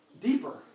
deeper